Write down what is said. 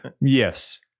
Yes